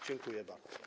Dziękuję bardzo.